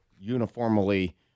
uniformly